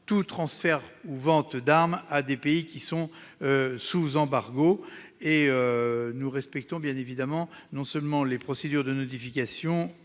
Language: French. tout transfert ou vente d'armes à des pays sous embargo. Nous respectons bien évidemment les procédures de notification